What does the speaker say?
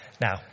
Now